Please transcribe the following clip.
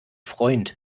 freund